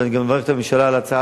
ואני גם מברך את הממשלה על דרישתנו,